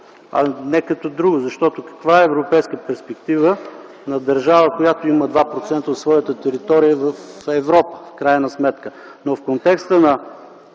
а не като друго. Защото каква европейска перспектива на държава, която има 2% от своята територия в Европа, в крайна сметка? Но в контекста на